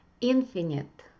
infinite